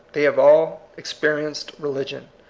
they have all experienced religion.